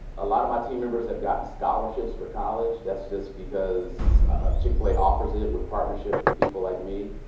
a lot of my team members have gotten scholarships for college. that's just because chick-fil-a offers it with partnership from people like me.